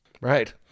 right